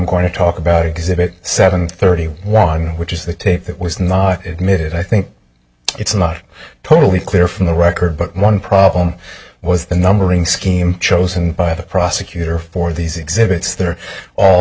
going to talk about exhibit seven thirty one which is that tape that was not made it i think it's not totally clear from the record but one problem was the numbering scheme chosen by the prosecutor for these exhibits that are all